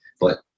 but-